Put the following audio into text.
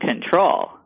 control